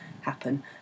happen